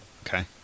Okay